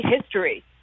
history